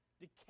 decay